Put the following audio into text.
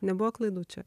nebuvo klaidų čia